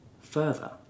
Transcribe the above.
Further